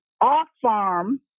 off-farm